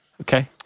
Okay